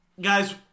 Guys